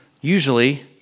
usually